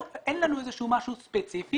אין לנו איזשהו משהו ספציפי.